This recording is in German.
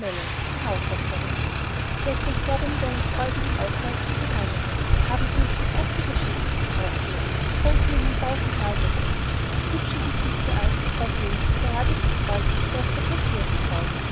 die haushälterin cedrik gab ihr mit einem freudigen aufleuchten die hand haben sie uns die katze geschickt fragte er ich danke ihnen tausendmal dafür das hübsche gesicht der alten frau glänzte gerade so freudig wie das der